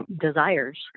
desires